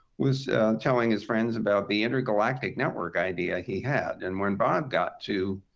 was telling his friends about the intergalactic network idea he had. and when bob got to